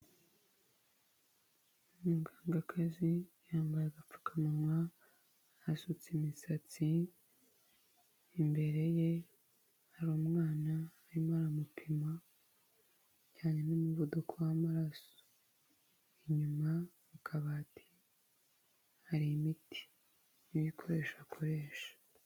Umugangakazi yambaye agapfukamunwa, asutse imisatsi. Imbere ye hari umwana arimo aramupima ibijyanye n'umuvuduko w'amaraso, inyuma mu kabati hari imiti n'ibikoresho akoresha.